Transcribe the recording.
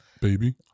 baby